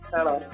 Hello